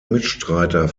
mitstreiter